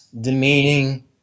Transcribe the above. demeaning